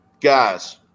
guys